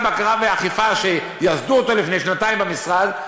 בקרה ואכיפה שייסדו לפני שנתיים במשרד,